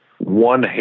one